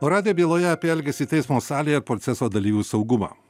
o radijo byloje apie elgesį teismo salėje proceso dalyvių saugumą